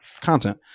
content